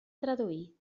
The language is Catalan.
traduir